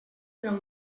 pel